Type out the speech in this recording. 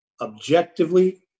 Objectively